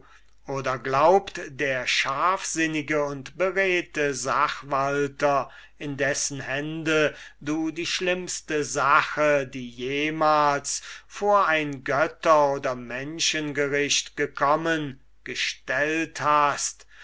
oder glaubt der scharfsinnige und beredte sachwalter in dessen hände du die schlimmste sache die jemals vor ein götter oder menschengericht gekommen gestellt hast